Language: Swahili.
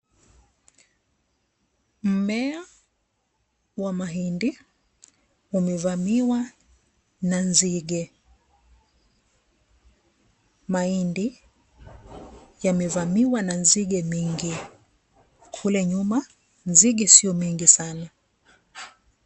Mmea wa mahindi, umevamiwa na nzige. Mahindi yamevamiwa na nzige mingi. Kule nyuma nzige sio mingi sana.